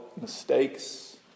mistakes